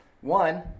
One